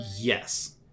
Yes